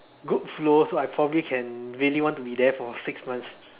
good flow so I probably can really want to be there for six months